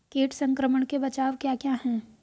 कीट संक्रमण के बचाव क्या क्या हैं?